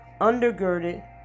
undergirded